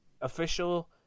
official